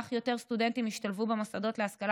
כך יותר סטודנטים ישתלבו במוסדות להשכלה